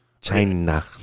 China